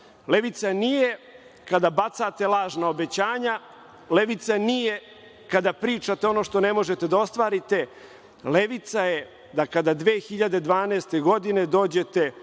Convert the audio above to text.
levica nije kada bacate lažna obećanja, levica nije kada pričate ono što ne možete da ostvarite, levica je kada 2012. godine dođete